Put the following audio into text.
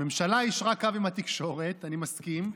הממשלה יישרה קו עם התקשורת, אני מסכים.